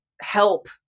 help